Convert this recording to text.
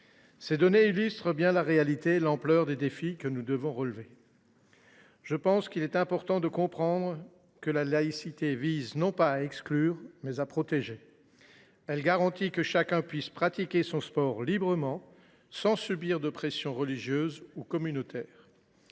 Ces données illustrent la réalité et l’ampleur des défis que nous devons relever, mes chers collègues. Il faut bien comprendre que la laïcité vise non pas à exclure, mais à protéger. Très bien ! Elle garantit que chacun puisse pratiquer son sport librement, sans subir de pression religieuse ou communautaire.